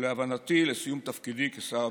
ולהבנתי, לסיום תפקידי כשר הביטחון.